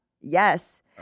Yes